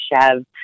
Chev